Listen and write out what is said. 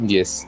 Yes